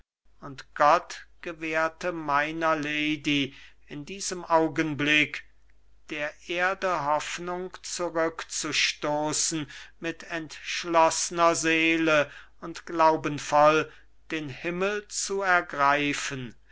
und gott gewährte meiner lady in diesem augenblick der erde hoffnung zurückzustoßen mit entschloßner seele und glaubenvoll den himmel zu ergreifen